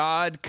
God